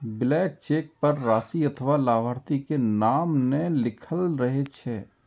blank cheque पर राशि अथवा लाभार्थी के नाम नै लिखल रहै छै